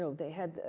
so they had,